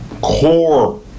core